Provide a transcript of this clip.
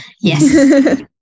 yes